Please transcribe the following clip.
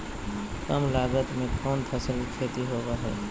काम लागत में कौन फसल के खेती होबो हाय?